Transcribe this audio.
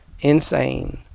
Insane